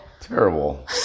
Terrible